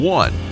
one